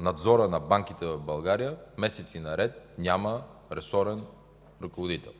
Надзорът на банките в България няма ресорен ръководител.